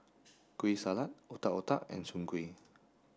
Kueh Salat Otak Otak and Soon Kueh